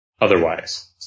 otherwise